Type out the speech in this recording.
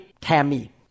Tammy